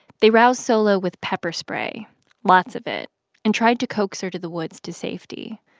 they roused solo with pepper spray lots of it and tried to coax her to the woods to safety.